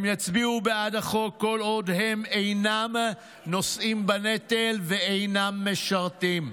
הם יצביעו בעד החוק כל עוד הם אינם נושאים בנטל ואינם משרתים.